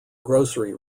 grocery